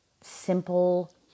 simple